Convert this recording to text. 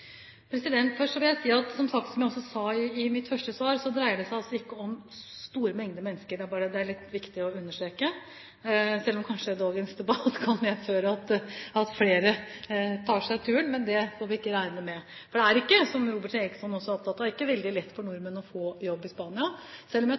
Først vil jeg si, som jeg også sa i mitt første svar, at det dreier seg altså ikke om en stor mengde mennesker. Det er det litt viktig å understreke, selv om kanskje dagens debatt kan medføre at flere tar seg turen. Men det får vi ikke regne med. Det er, som Robert Eriksson også er opptatt av, ikke veldig lett for nordmenn å få jobb i Spania, selv om jeg